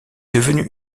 devenue